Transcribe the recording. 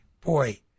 boy